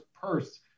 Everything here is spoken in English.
purse